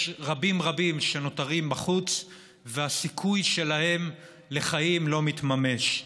רבים רבים שנותרים בחוץ והסיכוי שלהם לחיים לא מתממש.